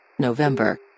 November